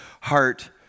heart